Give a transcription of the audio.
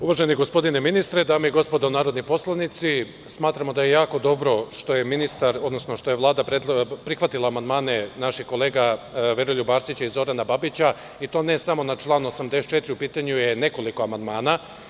Uvaženi gospodine ministre, dame i gospodo narodni poslanici, smatramo da je jako dobro što je ministar, odnosno što je Vlada prihvatila amandmane naših kolega Veroljuba Arsića i Zorana Babića i to ne samo na član 84, u pitanju je nekoliko amandmana.